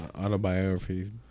autobiography